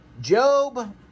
Job